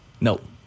Nope